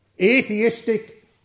atheistic